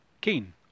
keen